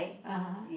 (uh huh)